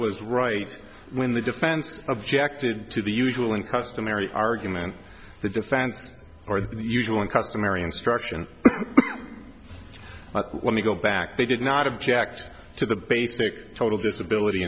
was right when the defense objected to the usual and customary argument the defense or the usual and customary instruction let me go back they did not object to the basic total disability